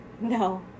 No